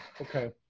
Okay